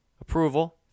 approval